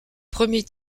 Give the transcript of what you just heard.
premier